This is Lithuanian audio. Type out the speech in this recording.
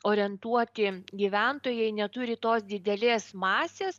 orientuoti gyventojai neturi tos didelės masės